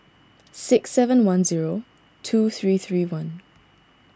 six seven one zero two three three one